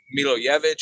Milojevic